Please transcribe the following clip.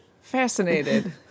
fascinated